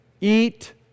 Eat